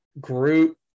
group